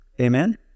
Amen